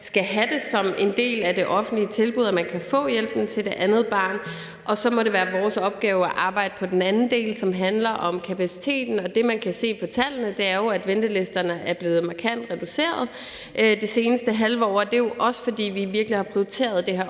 skal have det som en del af det offentlige tilbud, at man kan få hjælpen til det andet barn, og så må det være vores opgave at arbejde på den anden del, som handler om kapaciteten. Det, man kan se på tallene, er jo, at ventelisterne er blevet markant reduceret det seneste halve år, og det er jo også, fordi vi virkelig har prioriteret det her